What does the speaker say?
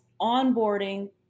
onboarding